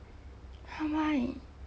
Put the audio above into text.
!huh! why